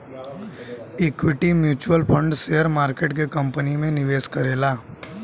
equity mutual fund share market के company में निवेश करेला